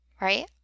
right